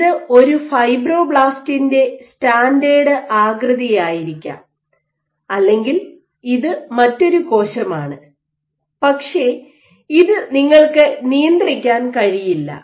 ഇത് ഒരു ഫൈബ്രോബ്ലാസ്റ്റിന്റെ സ്റ്റാൻഡേർഡ് ആകൃതിയായിരിക്കാം അല്ലെങ്കിൽ ഇത് മറ്റൊരു കോശമാണ് പക്ഷേ ഇത് നിങ്ങൾക്ക് നിയന്ത്രിക്കാൻ കഴിയില്ല